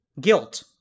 Guilt